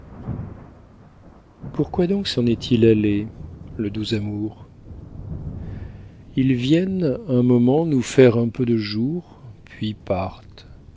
pourquoi donc s'en est-il allé le doux amour ils viennent un moment nous faire un peu de jour puis